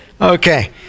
Okay